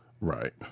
Right